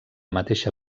mateixa